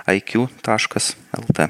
iq taškas lt